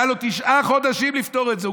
היו לו תשעה חודשים לפתור את זה.